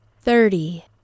Thirty